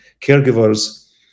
caregivers